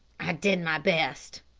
i did my best,